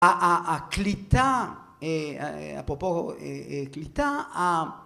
הקליטה, אפרופו קליטה,